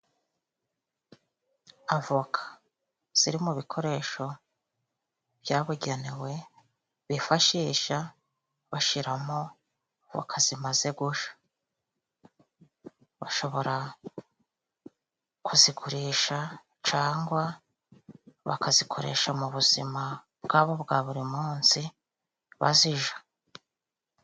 Avoka ziri mu bikoresho byabugenewe bifashisha bashiramo voka zimaze gusha. Bashobora kuzigurisha cangwa bakazikoresha mu buzima bwabo bwa buri munsi bazija.